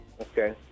Okay